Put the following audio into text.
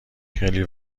خیلی